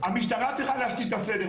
המשטרה צריכה להשליט את הסדר.